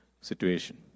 situation